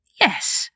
yes